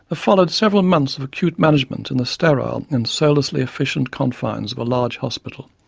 followed several months of acute management in the sterile and soullessly efficient confines of a large hospital,